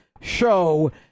show